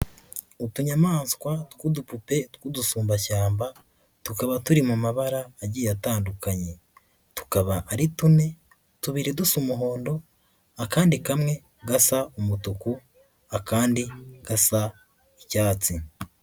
Utunyamaswa tw'udupupe tw'udusumbashyamba, tukaba turi mu mabara agiye atandukanye. Tukaba ari tune, tubiri dusa umuhondo, akandi kamwe gasa umutuku, akandi gasa icyatsi.